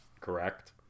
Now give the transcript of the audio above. correct